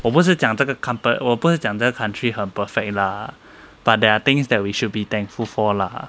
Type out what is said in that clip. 我不是讲这个 compan~ 我不是讲这个 country 很 perfect lah but there are things that we should be thankful for lah